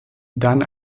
dann